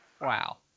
Wow